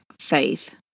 faith